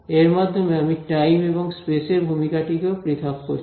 এর মাধ্যমে আমি টাইম এবং স্পেস এর ভূমিকাটি কেও পৃথক করছি